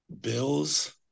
Bills